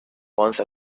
once